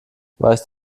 weißt